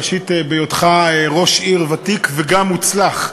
ראשית, בהיותך ראש עיר ותיק וגם מוצלח,